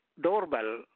doorbell